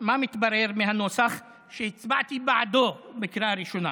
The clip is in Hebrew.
מה מתברר מהנוסח שהצבעתי בעדו בקריאה ראשונה